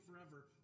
forever